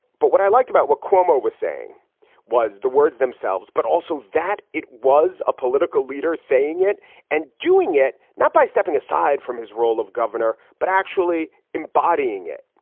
but what i liked about what cuomo was saying was the words themselves, but also that it was a political leader saying it and doing yet not by stepping aside from his role of governor, but actually embodying it.